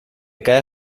cae